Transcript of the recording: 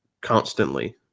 constantly